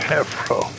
Afro